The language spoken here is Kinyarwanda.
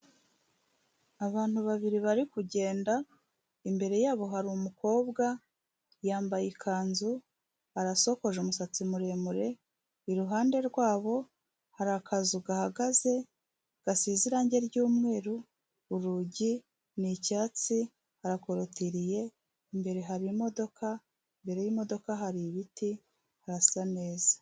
Abantu babiri bari kugenda, imbere yabo hari umukobwa yambaye ikanzu, arasokoje umusatsi muremure, iruhande rwabo hari akazu gahagaze gasize irange ry'mweru, urugi ni icyatsi, harakorotiriye, imbere hari imodoka, imbere y'imodoka hari ibiti harasa neza.